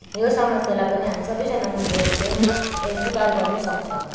यो समस्यालाई पनि हामी सबैजना मिलेर चाहिँ सुधार गर्नु सक्छ